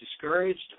discouraged